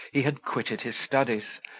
he had quitted his studies,